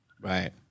Right